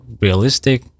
realistic